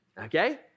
Okay